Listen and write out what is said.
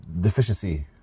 deficiency